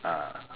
ah